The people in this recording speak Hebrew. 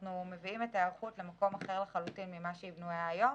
אנחנו מביאים את ההיערכות למקום אחר לחלוטין מכפי שהיא בנויה היום.